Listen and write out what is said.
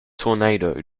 tornado